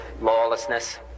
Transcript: lawlessness